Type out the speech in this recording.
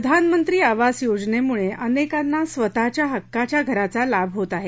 प्रधानमंत्री आवास योजनेमुळे अनेकांना स्वतःच्या हक्काच्या घराचा लाभ होत आहे